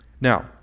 Now